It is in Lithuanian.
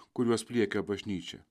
kuriuos pliekia bažnyčia